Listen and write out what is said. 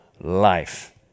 life